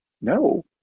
no